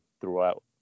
throughout